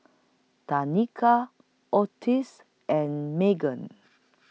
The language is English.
Tanika Otis and Meghann